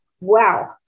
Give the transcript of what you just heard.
wow